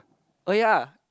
oh yeah